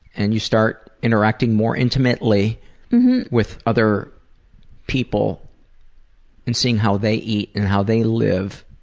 and you start interacting more intimately with other people and seeing how they eat and how they live.